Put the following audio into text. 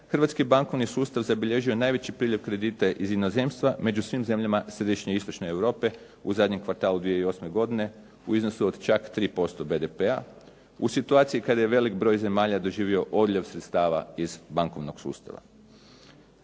hrvatski bankovni sustav zabilježio najveći priljev kredita iz inozemstva među svim zemljama središnje i istočne Europe u zadnjem kvartalu 2008. godine u iznosu od čak 3% BDP-a u situaciji kada je veliki broj zemalja doživio odljev sredstava iz bankovnog sustava.